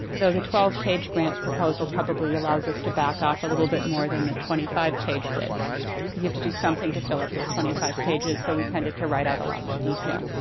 those are twelve page grant proposal probably allows us to back off a little bit more than the twenty five page did because you have to do something to fill up those twenty five pages, so we tended to write out a lot more detail.